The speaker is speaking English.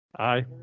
i